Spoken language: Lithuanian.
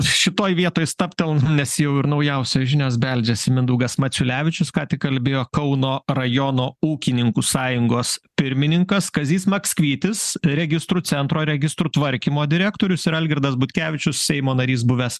šitoj vietoj stabteln nes jau ir naujausios žinios beldžiasi mindaugas maciulevičius ką tik kalbėjo kauno rajono ūkininkų sąjungos pirmininkas kazys makskvytis registrų centro registrų tvarkymo direktorius ir algirdas butkevičius seimo narys buvęs